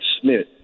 Smith